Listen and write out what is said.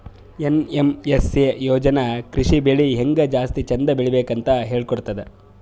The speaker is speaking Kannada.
ಏನ್.ಎಮ್.ಎಸ್.ಎ ಯೋಜನಾ ಕೃಷಿ ಬೆಳಿ ಹೆಂಗ್ ಜಾಸ್ತಿ ಚಂದ್ ಬೆಳಿಬೇಕ್ ಅಂತ್ ಹೇಳ್ಕೊಡ್ತದ್